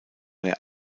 der